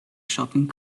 shopping